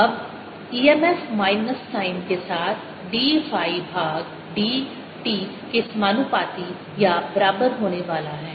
अब e m f minus sign के साथ d फाई भाग d t के समानुपाती या बराबर होने वाला है